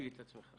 בבקשה.